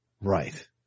Right